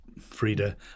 Frida